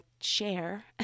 share